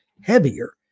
heavier